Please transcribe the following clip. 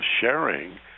sharing